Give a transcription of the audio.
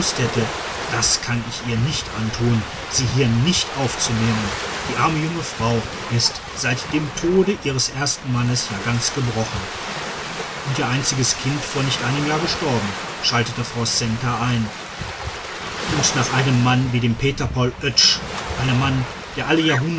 das kann ich ihr nicht antun sie hier nicht aufzunehmen die arme junge frau ist seit dem tod ihres ersten mannes ja ganz gebrochen und ihr einziges kind vor nicht einem jahr gestorben schaltete frau centa ein und nach einem mann wie dem peter paul oetsch einem mann wie er alle